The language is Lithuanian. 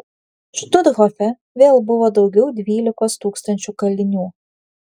štuthofe vėl buvo daugiau dvylikos tūkstančių kalinių